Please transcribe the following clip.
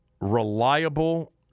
reliable